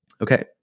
Okay